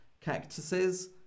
Cactuses